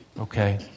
Okay